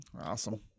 awesome